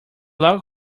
log